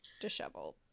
disheveled